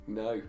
no